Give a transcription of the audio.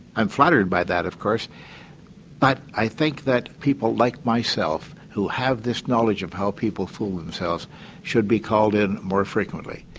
i'm flattered by that of course but i think that people like myself who have this knowledge of how people fool themselves should be called in more frequently.